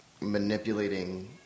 manipulating